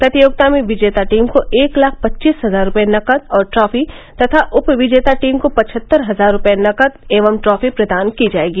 प्रतियोगिता में विजेता टीम को एक लाख पच्चीस हजार रुपये नकद एवं ट्रॉफी तथा उप विजेता टीम को पचहत्तर हजार रुपये नकद एवं ट्रॉफी प्रदान की जायेगी